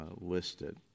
listed